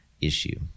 issue